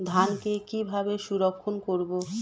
ধানকে কিভাবে সংরক্ষণ করব?